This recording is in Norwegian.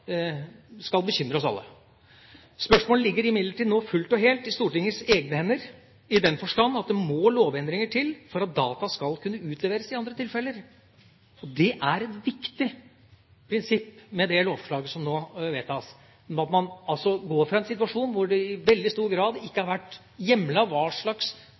skal bekymre oss alle. Spørsmålet ligger imidlertid nå fullt og helt i Stortingets egne hender, i den forstand at det må lovendringer til for at data skal kunne utleveres i andre tilfeller. Det er et viktig prinsipp med det lovforslaget som nå vedtas. Man går fra en situasjon hvor det i veldig stor grad ikke har vært hjemlet hva slags